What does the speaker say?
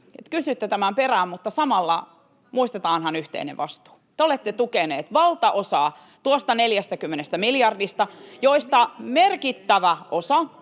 kysytte tämän perään, mutta muistetaanhan samalla yhteinen vastuu: te olette tukeneet valtaosaa tuosta 40 miljardista, [Vasemmalta: